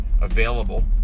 available